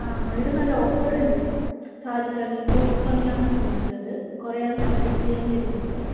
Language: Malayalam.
ആ ഇവിടെ നല്ല ഓഫർ ഉണ്ട്